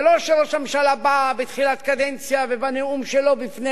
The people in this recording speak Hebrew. זה לא שראש הממשלה בא בתחילת הקדנציה ובנאום שלו בפני